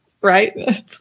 Right